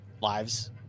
lives